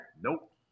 nope